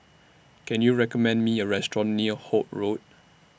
Can YOU recommend Me A Restaurant near Holt Road